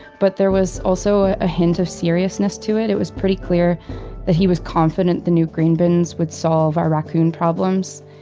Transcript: but there was also a hint of seriousness to it. it was pretty clear that he was confident the new green bins would solve our raccoon problems.